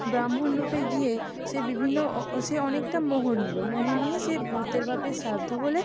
ব্রাহ্মণ রূপে গিয়ে সে বিভিন্ন ও ও সে অনেকটা মোহর নিল মোহর নিয়ে সে ভূতের বাপের শ্রাদ্ধ বলে